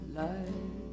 life